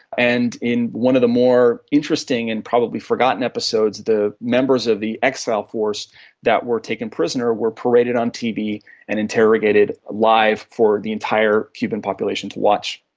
and in one of the more interesting and probably forgotten episodes, the members of the exile force that were taken prisoner were paraded on tv and interrogated live for the entire cuban population to watch.